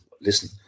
listen